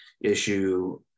issue